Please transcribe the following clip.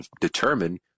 determine